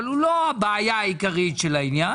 אבל הוא לא הבעיה העיקרית של העניין.